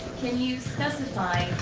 can you specify